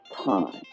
time